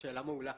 שאלה מעולה.